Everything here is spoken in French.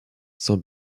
sans